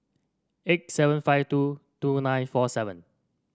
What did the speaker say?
eight seven five two two nine four seven